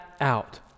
out